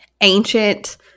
ancient